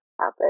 happen